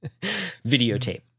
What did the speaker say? videotape